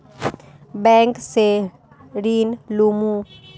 Bank से ऋण लुमू?